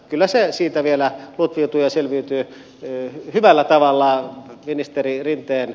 kyllä se siitä vielä lutviutuu ja selviytyy hyvällä tavalla ministeri rinteen